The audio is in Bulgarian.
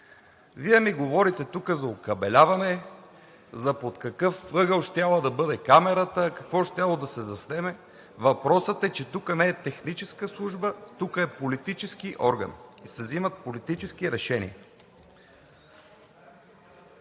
Вие ми говорите тук за окабеляване, под какъв ъгъл щяла да бъде камерата, какво щяло да се заснеме? Въпросът е, че тук не е техническа служба, тук е политически орган и се взимат политически решения.